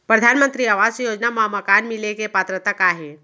परधानमंतरी आवास योजना मा मकान मिले के पात्रता का हे?